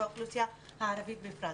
והאוכלוסייה הערבית בפרט.